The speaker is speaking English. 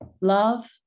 Love